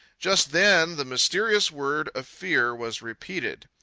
just then the mysterious word of fear was repeated.